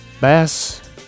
Bass